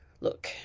Look